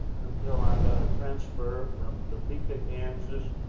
until i got a transfer from topeka, kansas,